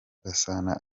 gasana